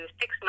six